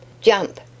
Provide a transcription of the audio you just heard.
Jump